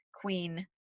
queen